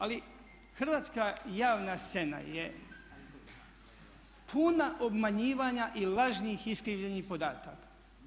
Ali hrvatska javna scena je puna obmanjivanja i lažnih iskrivljenih podataka.